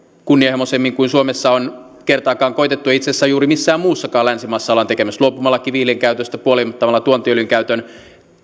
kunnianhimoisemmin kuin suomessa on kertaakaan koettu ja itse asiassa kunnianhimoisemmin kuin juuri missään muussa länsimaassa ollaan tekemässä luopumalla kivihiilen käytöstä puolittamalla tuontiöljyn käytön